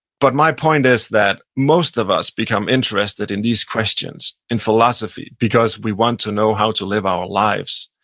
but my point is that most of us become interested in these questions in philosophy because we want to know how to live our lives.